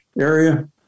area